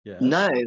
No